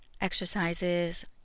exercises